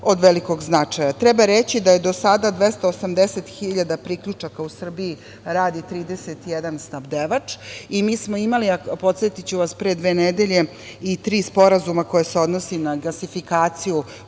od velikog značaja. Treba reći da je do sada 280 hiljada priključaka u Srbiji, radi 31 snabdevač i mi smo imali, podsetiću vas, pre dve nedelje i tri sporazuma koja se odnose na gasifikaciju